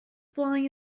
fly